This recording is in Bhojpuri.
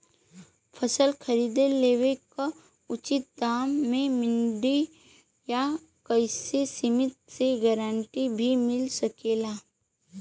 फसल खरीद लेवे क उचित दाम में मंडी या कोई समिति से गारंटी भी मिल सकेला?